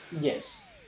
Yes